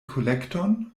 kolekton